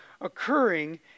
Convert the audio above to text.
occurring